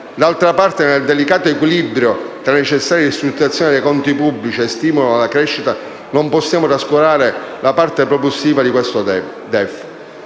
D'altra parte, nel delicato equilibrio tra necessaria ristrutturazione dei conti pubblici e stimolo alla crescita, non possiamo trascurare la parte propulsiva di questo DEF.